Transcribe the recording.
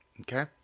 okay